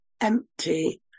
empty